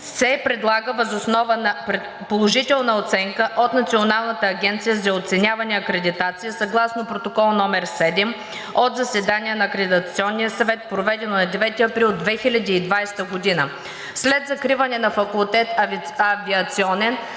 се предлага въз основа на положителна оценка от Националната агенция за оценяване и акредитация, съгласно Протокол № 7 от заседание на Акредитационния съвет, проведено на 9 април 2020 г. След закриването на факултет „Авиационен“